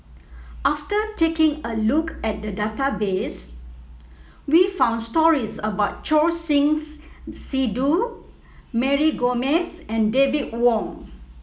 after taking a look at the database we found stories about Choor Singh Sidhu Mary Gomes and David Wong